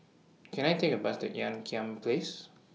Can I Take A Bus to Ean Kiam Place